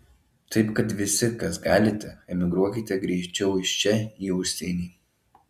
taip kad visi kas galite emigruokite greičiau iš čia į užsienį